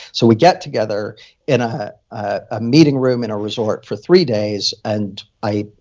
so we get together in a a meeting room in a resort for three days. and i,